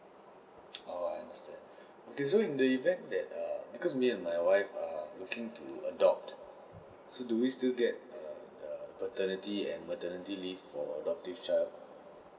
oh I understand okay so in the event that err because me and my wife are looking to adopt so do we still get err the paternity and maternity leave for adoptive child